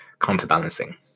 counterbalancing